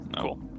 Cool